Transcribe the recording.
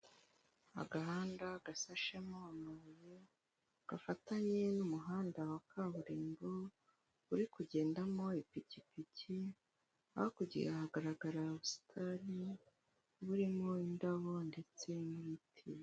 Agahanda gasashemo amabuye gafatanye n'umuhanda wa kaburimbo uri kugendamo ipikipiki, hakurya hagaragara ubusitani burimo indabo ndetse n'ibiti.